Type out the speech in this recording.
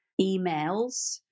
emails